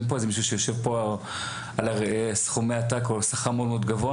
אין פה איזה מישהו שיושב פה על סכומי עתק או שכר מאוד גבוה.